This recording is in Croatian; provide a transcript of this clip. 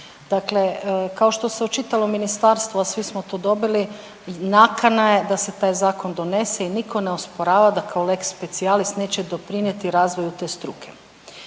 Dakle, kao što se u čitavom ministarstvu a svi smo to dobili, nakana je da se taj zakon donese i nitko ne osporava da kao lex specialis neće doprinijeti razvoju te struke.